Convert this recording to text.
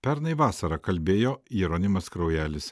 pernai vasarą kalbėjo jeronimas kraujelis